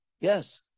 yes